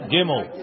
Gimel